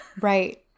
Right